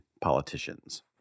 politicians